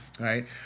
right